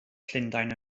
llundain